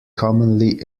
commonly